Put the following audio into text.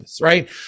right